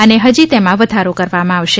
અને ફજી તેમા વધારો કરવામાં આવશે